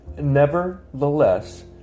nevertheless